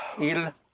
Il